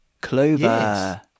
Clover